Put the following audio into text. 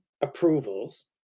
approvals